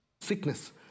sickness